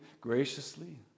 graciously